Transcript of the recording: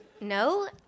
No